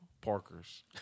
parkers